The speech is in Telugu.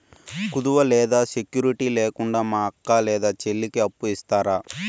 కుదువ లేదా సెక్యూరిటి లేకుండా మా అక్క లేదా చెల్లికి అప్పు ఇస్తారా?